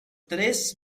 tres